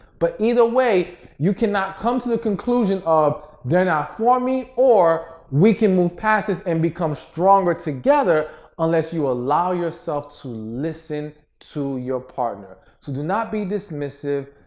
but either way, you cannot come to the conclusion of they're not for me or we can move past this and become stronger together unless you allow yourself to listen to your partner. so, do not be dismissive,